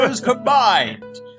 combined